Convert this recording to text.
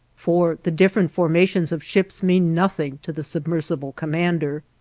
for the different formations of ships mean nothing to the submersible commander.